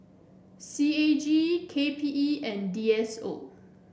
C A G K P E and D S O